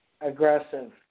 aggressive